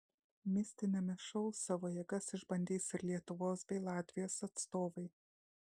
mistiniame šou savo jėgas išbandys ir lietuvos bei latvijos atstovai